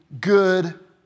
good